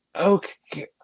Okay